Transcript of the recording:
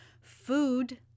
Food